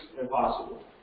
impossible